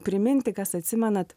priminti kas atsimenat